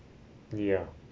yeah